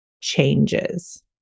changes